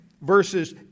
Verses